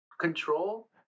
control